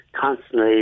constantly